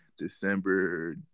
December